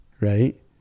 right